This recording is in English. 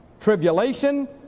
tribulation